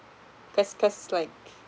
cause cause like